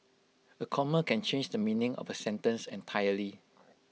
A comma can change the meaning of A sentence entirely